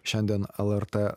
šiandien lrt